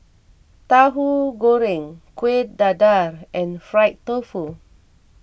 Tauhu Goreng Kueh Dadar and Fried Tofu